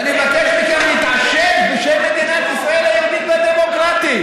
ואני מבקש מכם להתעשת בשם מדינת ישראל היהודית והדמוקרטית.